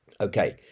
Okay